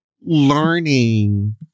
learning